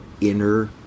inner